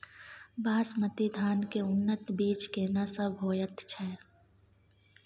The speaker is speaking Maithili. बासमती धान के उन्नत बीज केना सब होयत छै?